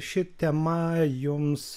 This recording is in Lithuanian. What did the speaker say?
ši tema jums